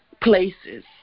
places